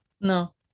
No